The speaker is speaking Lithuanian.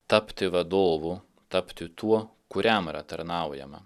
tapti vadovu tapti tuo kuriam yra tarnaujama